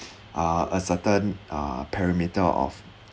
uh a certain uh perimeter of